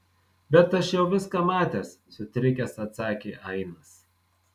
bet aš jau viską matęs sutrikęs atsakė ainas